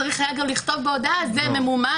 צריך היה גם לכתוב בהודעה שזה ממומן